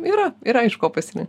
yra yra iš ko pasirin